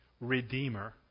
Redeemer